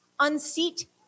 unseat